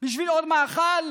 בשביל עוד מאכל?